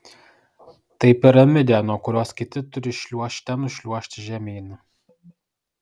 tai piramidė nuo kurios kiti turi šliuožte nušliuožti žemyn